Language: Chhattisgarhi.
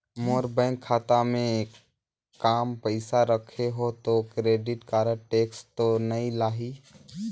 मोर बैंक खाता मे काम पइसा रखे हो तो क्रेडिट कारड टेक्स तो नइ लाही???